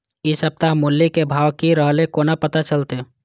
इ सप्ताह मूली के भाव की रहले कोना पता चलते?